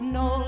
no